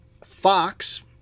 Fox